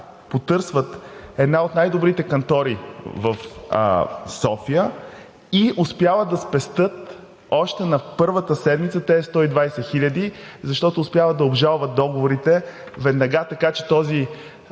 потърсват една от най-добрите кантори в София и успяват да спестят още на първата седмица тези 120 хиляди, защото успяват да обжалват договорите веднага, така че този